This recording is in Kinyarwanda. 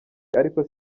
ariko